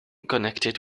connected